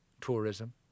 tourism